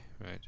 right